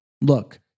Look